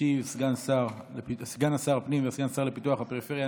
ישיב סגן שר הפנים וסגן השר לפיתוח הפריפריה,